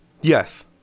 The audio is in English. Yes